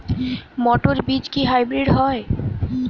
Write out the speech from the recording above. মটর বীজ কি হাইব্রিড হয়?